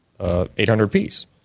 800-piece